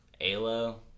Alo